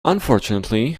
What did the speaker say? unfortunately